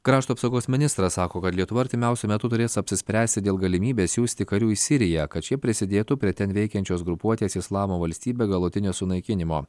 krašto apsaugos ministras sako kad lietuva artimiausiu metu turės apsispręsti dėl galimybės siųsti karių į siriją kad šie prisidėtų prie ten veikiančios grupuotės islamo valstybė galutinio sunaikinimo